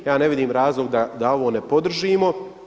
Ja ne vidim razlog da ovo ne podržimo.